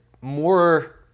more